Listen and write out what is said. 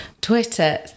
Twitter